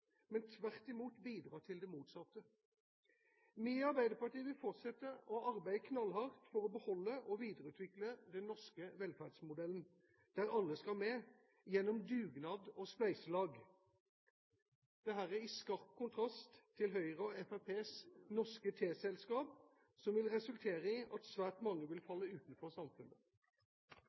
men tvert imot bidrar til det motsatte. Vi i Arbeiderpartiet vil fortsette å arbeide knallhardt for å beholde og videreutvikle den norske velferdsmodellen, der alle skal med gjennom dugnad og spleiselag. Dette er i skarp kontrast til Høyres og Fremskrittspartiets norske teselskap, som vil resultere i at svært mange vil falle utenfor samfunnet.